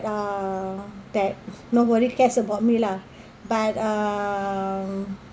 uh that nobody cares about me lah but uh